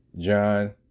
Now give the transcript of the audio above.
John